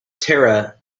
tara